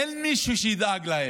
אין מישהו שידאג להם.